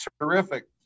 terrific